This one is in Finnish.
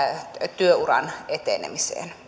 työuran etenemiseen